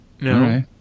No